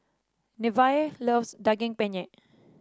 Nevaeh loves Daging Penyet